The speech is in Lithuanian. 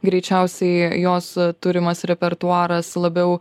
greičiausiai jos turimas repertuaras labiau